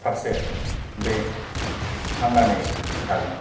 फारसे बे थांनानै थागोन